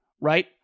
right